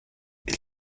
elle